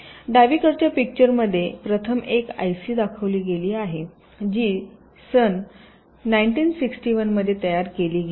तर डावीकडच्या पिक्चरमध्ये प्रथम एक आयसी दाखविली गेली आहे जी सन 1961 मध्ये तयार केली गेली